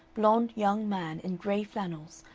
blond young man in gray flannels,